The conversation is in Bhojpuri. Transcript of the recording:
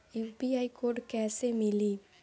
यू.पी.आई कोड कैसे मिली?